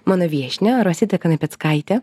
mano viešnią rositą kanapeckaitę